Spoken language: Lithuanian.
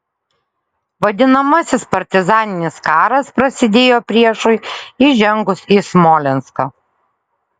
vadinamasis partizaninis karas prasidėjo priešui įžengus į smolenską